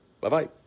Bye-bye